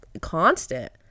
constant